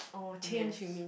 oh change you mean